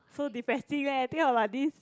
so depressing leh think about this